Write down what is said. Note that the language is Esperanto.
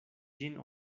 ĝin